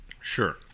Sure